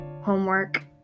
Homework